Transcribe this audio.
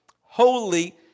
holy